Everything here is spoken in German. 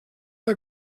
der